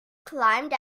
climbed